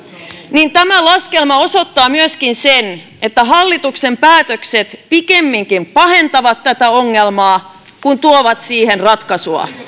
niin tämä laskelma osoittaa myöskin sen että hallituksen päätökset pikemminkin pahentavat tätä ongelmaa kuin tuovat siihen ratkaisua